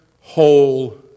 whole